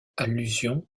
allusion